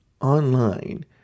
online